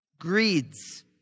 greeds